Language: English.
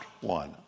one